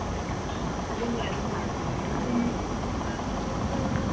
ꯑꯗꯨꯅꯦ ꯑꯗꯨꯅ